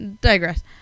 digress